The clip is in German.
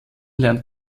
lernt